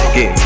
Get